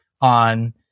on